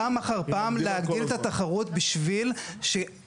--- פעם אחר פעם בשביל שכולנו,